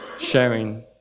sharing